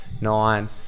nine